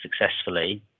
successfully